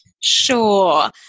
sure